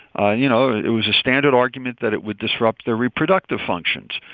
and you know, it was a standard argument that it would disrupt their reproductive functions.